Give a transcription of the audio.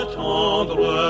tendre